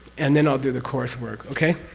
and then i'll do the coursework. okay?